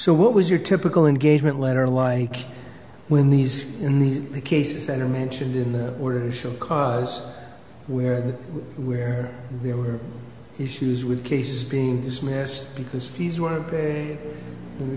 so what was your typical engagement letter like when these in these cases that are mentioned in order to show cause we had where there were issues with cases being dismissed because